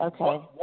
Okay